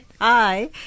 hi